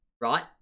right